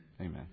Amen